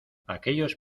aquellos